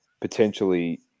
Potentially